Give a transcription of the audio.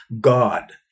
God